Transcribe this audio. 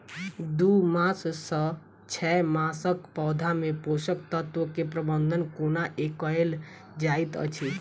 दू मास सँ छै मासक पौधा मे पोसक तत्त्व केँ प्रबंधन कोना कएल जाइत अछि?